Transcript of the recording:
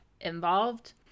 involved